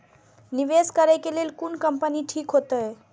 निवेश करे के लेल कोन कंपनी ठीक होते?